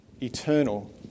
eternal